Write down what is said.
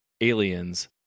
Aliens